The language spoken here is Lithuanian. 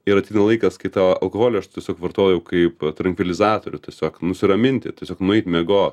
ir ateina laikas kai tą alkoholį aš tiesiog vartoju kaip trankvilizatorių tiesiog nusiraminti tiesiog nueit miegot